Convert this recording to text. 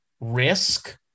risk